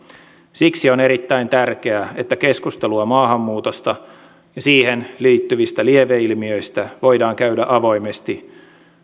siksi on erittäin tärkeää että keskustelua maahanmuutosta ja siihen liittyvistä lieveilmiöistä voidaan käydä avoimesti